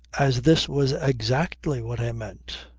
as this was exactly what i meant,